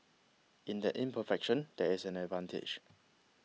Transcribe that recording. in that imperfection there is an advantage